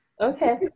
Okay